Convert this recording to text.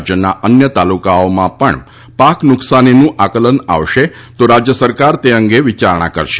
રાજ્યના અન્ય તાલુકાઓમાં પણ પાક નુકસાનીનું આકલન આવશે તો રાજ્ય સરકાર તે અંગે પણ વિચારણા કરશે